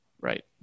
Right